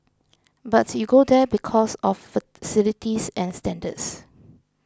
but you go there because of facilities and standards